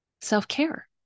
Self-care